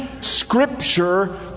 scripture